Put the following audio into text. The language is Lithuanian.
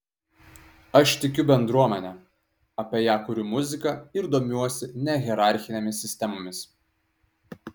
aš tikiu bendruomene apie ją kuriu muziką ir domiuosi nehierarchinėmis sistemomis